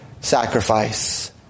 sacrifice